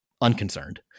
unconcerned